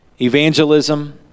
evangelism